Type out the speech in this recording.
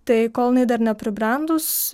tai kol jinai dar nepribrendus